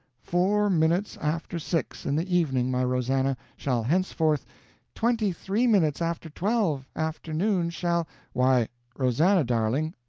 four minutes after six, in the evening, my rosannah, shall henceforth twenty-three minutes after twelve, afternoon shall why rosannah, darling,